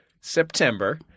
September